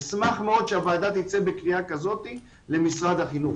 אשמח מאוד שהוועדה תצא בקריאה כזאת למשרד החינוך.